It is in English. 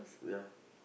ya